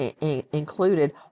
included